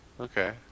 Okay